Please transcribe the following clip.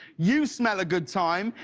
you smell a good time,